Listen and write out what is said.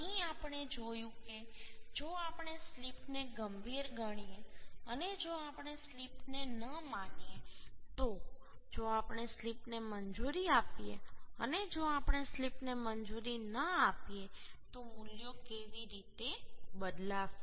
તેથી અહીં આપણે જોયું કે જો આપણે સ્લીપને ગંભીર ગણીએ અને જો આપણે સ્લીપને ન માનીએ તો જો આપણે સ્લીપને મંજૂરી આપીએ અને જો આપણે સ્લીપને મંજૂરી ન આપીએ તો મૂલ્યો કેવી રીતે બદલાશે